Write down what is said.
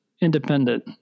independent